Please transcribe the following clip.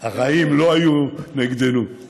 הרעים לא היו נגדנו.